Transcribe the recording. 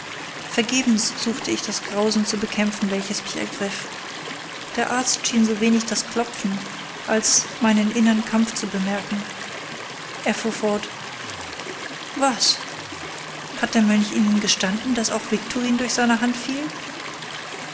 vergebens suchte ich das grausen zu bekämpfen welches mich ergriff der arzt schien so wenig das klopfen als meinen innern kampf zu bemerken er fuhr fort was hat der mönch ihnen gestanden daß auch viktorin durch seine hand fiel